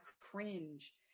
cringe